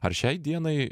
ar šiai dienai